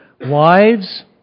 Wives